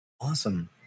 Awesome